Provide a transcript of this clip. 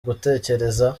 gutekereza